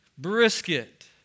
brisket